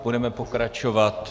Budeme pokračovat...